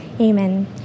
Amen